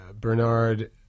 Bernard